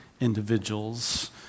individuals